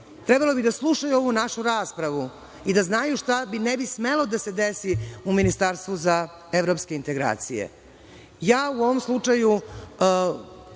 trebalo bi da slušaju ovu našu raspravu i da znaju šta ne bi smelo da se desi u ministarstvu za evropske integracije.